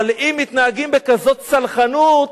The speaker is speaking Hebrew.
אבל אם מתנהגים בכזאת סלחנות,